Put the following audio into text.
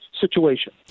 situation